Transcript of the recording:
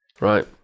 Right